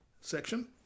section